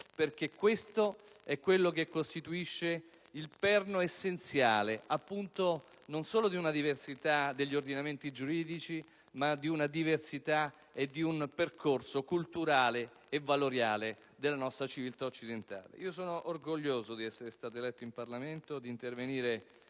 perché questo è quello che costituisce il perno essenziale non solo di una diversità degli ordinamenti giuridici, ma di un diversità del percorso culturale e valoriale della nostra civiltà occidentale. Sono orgoglioso di essere stato eletto in Parlamento, di intervenire